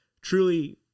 truly